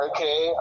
Okay